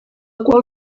qual